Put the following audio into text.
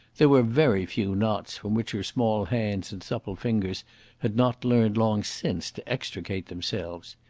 there were very few knots from which her small hands and supple fingers had not learnt long since to extricate themselves.